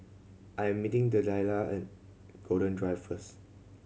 I am meeting Delilah at Golden Drive first